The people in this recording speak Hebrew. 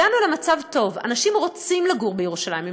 הגענו למצב טוב, אנשים רוצים לגור בירושלים.